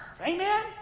Amen